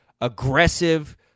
aggressive